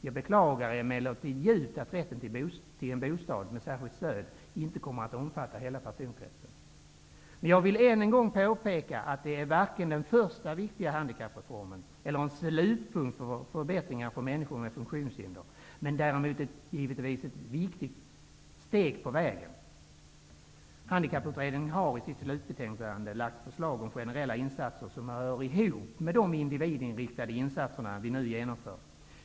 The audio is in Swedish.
Jag beklagar emellertid djupt att rätten till en bostad med särskilt stöd inte kommer att omfatta hela personkretsen. Men jag vill än en gång påpeka att detta varken är den första viktiga handikappreformen eller en slutpunkt för förbättringar för människor med funktionshinder, men däremot givetvis ett viktigt steg på vägen. Handikapputredningen har i sitt slutbetänkande lagt förslag om generella insatser som hör ihop med de individinriktade insatser som vi nu genomför.